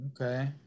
Okay